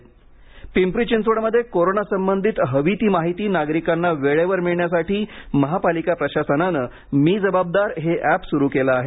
app Pimpri चिंचवडमध्ये कोरोनासंबधित हवी ती माहिती नागरिकांना वेळेवर मिळण्यासाठी महापालिका प्रशासनाने मी जबाबदार हे एप सुरू केले आहे